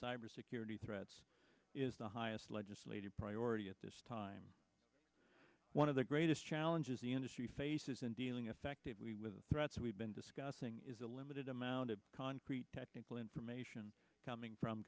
cybersecurity threats is the highest legislative priority at this time one of the greatest challenges the industry faces in dealing effectively with threats we've been discussing is a limited amount of concrete information coming from